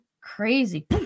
Crazy